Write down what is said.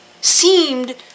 seemed